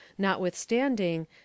Notwithstanding